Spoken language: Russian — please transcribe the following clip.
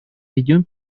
ведем